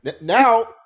Now